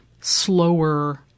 slower